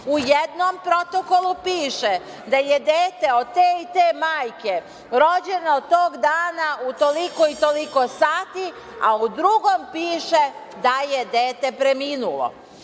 U jednom protokolu piše da je dete od te i te majke rođeno tog dana u toliko i toliko sati, a u drugom piše da je dete preminule.